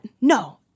No